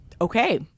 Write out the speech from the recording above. okay